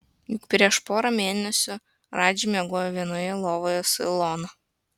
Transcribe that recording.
juk prieš porą mėnesių radži miegojo vienoje lovoje su ilona